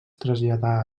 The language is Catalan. traslladà